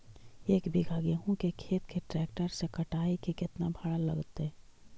एक बिघा गेहूं के खेत के ट्रैक्टर से कटाई के केतना भाड़ा लगतै?